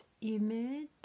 image